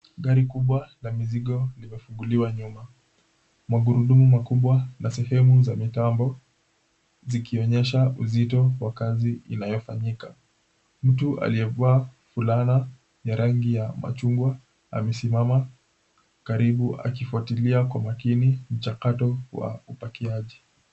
Gari kubwa la mizigo limefunguliwa nyuma, magurudumu makubwa na sehemu za mitambo zikionyesha uzito wa kazi inayofanyika. Mtu aliyevaa fulana ya rangi ya machungwa, amesimama karibu akifuatilia kwa makini mchakato wa upakiaji.